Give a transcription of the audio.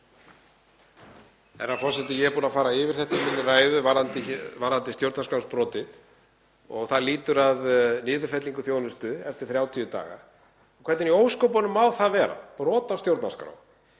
Herra forseti. Ég er búinn að fara yfir þetta í minni ræðu varðandi stjórnarskrárbrotið. Það lýtur að niðurfellingu þjónustu eftir 30 daga. Hvernig í ósköpunum má það vera brot á stjórnarskrá